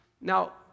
Now